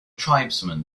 tribesmen